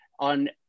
on